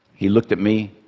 he looked at me,